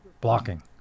blocking